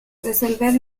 resolver